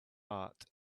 art